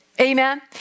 amen